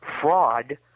fraud